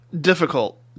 difficult